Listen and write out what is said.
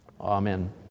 Amen